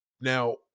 Now